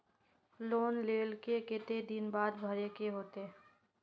Loan लेल के केते दिन बाद भरे के होते?